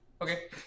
Okay